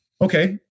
Okay